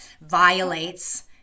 violates